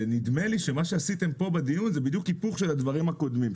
ונדמה לי שמה שעשיתם פה בדיון זה בדיוק היפוך של הדברים הקודמים.